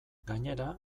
gainera